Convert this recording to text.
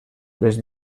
les